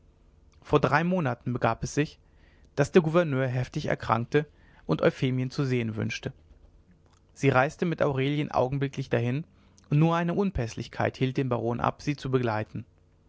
vor drei monaten begab es sich daß der gouverneur heftig erkrankte und euphemien zu sehen wünschte sie reiste mit aurelien augenblicklich dahin und nur eine unpäßlichkeit hielt den baron ab sie zu begleiten